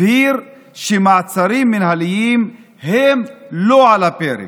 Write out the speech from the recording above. הבהיר שמעצרים מינהליים הם לא על הפרק.